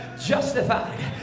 justified